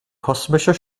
kosmischer